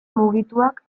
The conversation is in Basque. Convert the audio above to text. mugituak